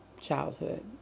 childhood